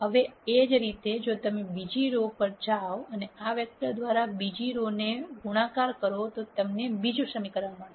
હવે એ જ રીતે જો તમે બીજી રો પર જાઓ અને આ વેક્ટર દ્વારા બીજી રો ને ગુણાકાર કરો તો તમને બીજું સમીકરણ મળશે